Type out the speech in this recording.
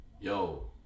Yo